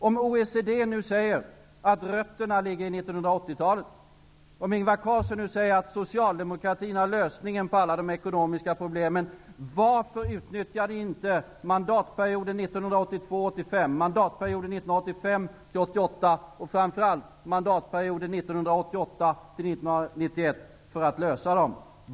Om OECD nu säger att rötterna ligger i 1980-talet och om Ingvar Carlsson säger att socialdemokratin har lösningen på alla de ekonomiska problemen, varför utnyttjade ni inte mandatperioderna 1982--1985, 1985--1988 och framför allt mandatperioden 1988-- 1991 för att lösa dem?